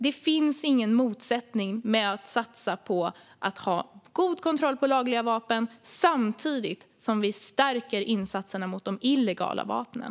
Det finns ingen motsättning mellan att satsa på att ha god kontroll på lagliga vapen samtidigt som vi stärker insatserna mot de illegala vapnen.